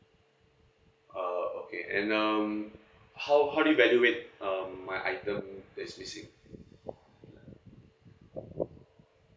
oh okay and um how how do you evaluate um my item that is missing